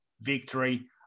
victory